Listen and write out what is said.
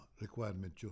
requirement